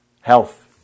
Health